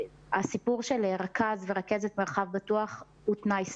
הסיפור של רכז ורכזת מרחב בטוח הוא תנאי סף.